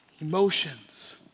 emotions